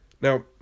Now